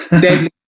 deadly